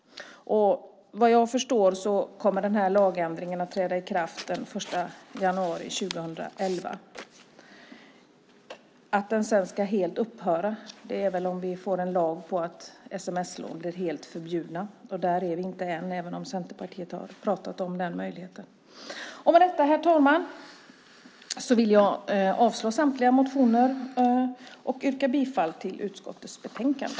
Vad jag förstår kommer den här lagändringen att träda i kraft den 1 januari 2011. Att den sedan helt ska upphöra är väl bara möjligt om vi får en lag på att sms-lån blir helt förbjudna. Där är vi inte än, även om Centerpartiet har pratat om den möjligheten. Med detta, herr talman, vill jag yrka avslag på samtliga motioner och bifall till förslaget i utskottets betänkande.